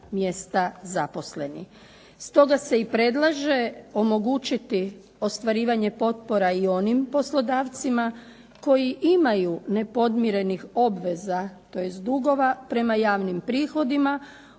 mjesta zaposlenih. Stoga se i predlaže omogućiti ostvarivanje potpora i onim poslodavcima koji imaju nepodmirenih obveza, tj. dugova prema javnim prihodima